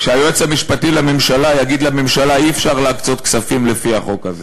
כשהיועץ המשפטי לממשלה יגיד לממשלה: אי-אפשר להקצות כספים לפי החוק הזה,